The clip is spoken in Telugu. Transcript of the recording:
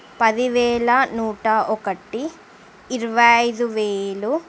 పదివేల నూట ఒకటి ఇరవై ఐదు వేలు